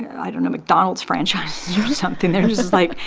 i don't know mcdonald's franchises or something. they're just, like,